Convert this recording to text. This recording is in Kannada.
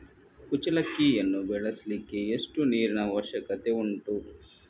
ಕುಚ್ಚಲಕ್ಕಿಯನ್ನು ಬೆಳೆಸಲಿಕ್ಕೆ ಎಷ್ಟು ನೀರಿನ ಅವಶ್ಯಕತೆ ಉಂಟು?